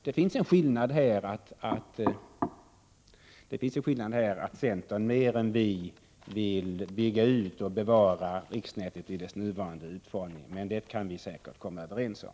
Det finns en åsiktsskillnad, nämligen att centern mer än vi vill bevara och bygga ut det nuvarande riksnätet, men det kan vi säkerligen komma överens om.